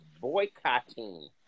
boycotting